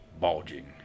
bulging